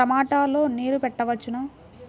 టమాట లో నీరు పెట్టవచ్చునా?